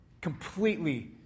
completely